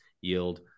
yield